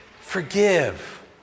forgive